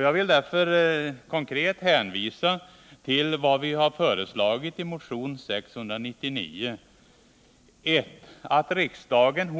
Jag vill hänvisa till vad vi föreslagit i motion 699, nämligen 2. att riksdagen